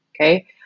okay